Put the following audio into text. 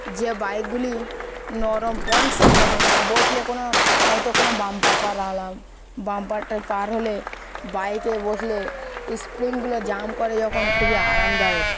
যে বাইকগুলি নরম পয়েন্টসের মতন মানে বসলে কোনো হয়তো কোনো বাম্পার পার হলাম বাম্পারটা পার হলে বাইকে বসলে স্প্রিংগুলো জাম্প করে যখন খুবই আরামদায়ক